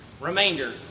Remainder